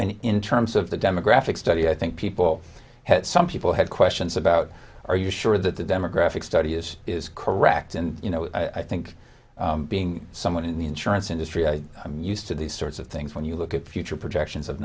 and in terms of the demographic study i think people have some people have questions about are you sure that the demographic study is is correct and you know i think being someone in the insurance industry i used to these sorts of things when you look at future projections of